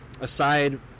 aside